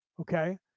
okay